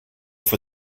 for